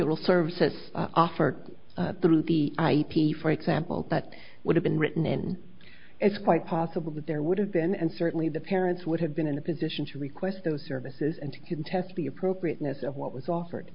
behavioral services offered through the i t c for example but would have been written and it's quite possible that there would have been and certainly the parents would have been in a position to request those services and to contest the appropriateness of what was offered